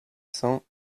cents